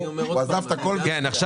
הוא עזב את הכול והגיע.